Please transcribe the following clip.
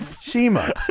Shima